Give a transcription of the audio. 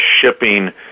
shipping